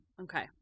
Okay